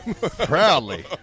Proudly